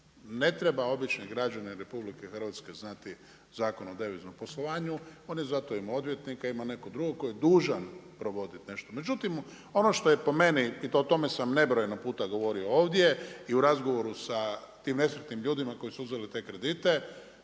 ne treba obični građanin RH znati Zakon o deviznom poslovanju, oni zato imaju odvjetnika imaju nekog drugog koji je dužan provoditi nešto. Međutim ono što je po meni i o tome sam nebrojeno puta govorio ovdje i u razgovoru sa tim nesretnim ljudima koji su uzeli te krediti,